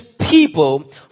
people